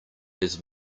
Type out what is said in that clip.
his